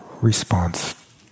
response